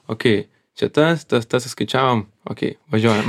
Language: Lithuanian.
okai čia tas tas tas suskaičiavom okei važiuojam